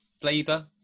flavor